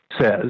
says